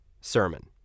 sermon